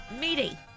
meaty